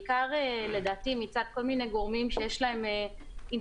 בעיקר מצד כל מיני גורמים שיש להם אינטרס,